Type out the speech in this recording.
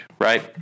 right